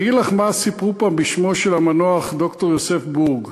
אגיד לך מה סיפרו פעם בשמו של המנוח ד"ר יוסף בורג.